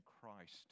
christ